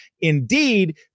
Indeed